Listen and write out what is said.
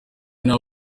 n’aho